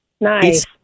Nice